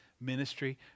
ministry